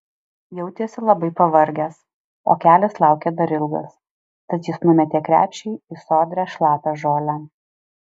jautėsi labai pavargęs o kelias laukė dar ilgas tad jis numetė krepšį į sodrią šlapią žolę